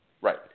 Right